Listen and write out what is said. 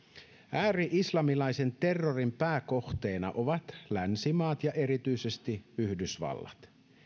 ääri islamilaisen terrorin pääkohteena ovat länsimaat ja erityisesti yhdysvallat